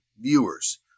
viewers